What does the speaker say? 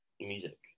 music